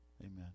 amen